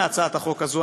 מהצעת החוק הזאת,